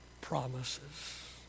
promises